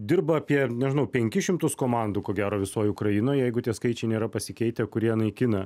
dirba apie nežinau penkis šimtus komandų ko gero visoj ukrainoj jeigu tie skaičiai nėra pasikeitę kurie naikina